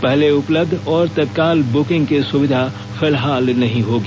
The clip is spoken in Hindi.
पहले उपलब्ध और तत्काल बुकिंग की सुविधा फिलहाल नहीं होगी